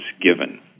given